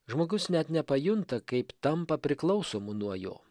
žmogus net nepajunta kaip tampa priklausomu nuo jo